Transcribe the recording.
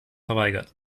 verweigert